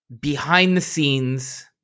behind-the-scenes